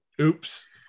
Oops